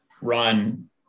run